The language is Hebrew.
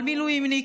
כל מילואימניק,